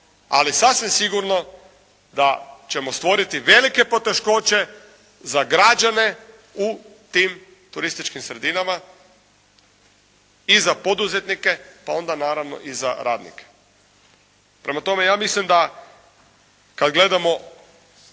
ali sasvim sigurno da ćemo stvoriti velike poteškoće za građane u tim turističkim sredinama i za poduzetnike pa onda naravno i za radnike. Prema tome, ja mislim da kad gledamo